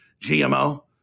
GMO